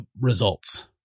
results